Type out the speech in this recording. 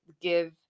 give